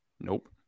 Nope